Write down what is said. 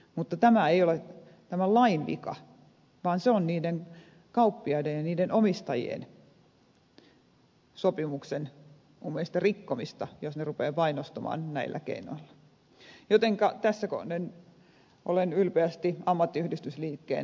mutta tämä ei ole tämän lain vika vaan se on niiden kauppiaiden ja niiden omistajien sopimuksen minun mielestäni rikkomista jos ne rupeavat painostamaan näillä keinoilla jotenka tässä kohden olen ylpeästi ammattiyhdistysliikkeen linjoilla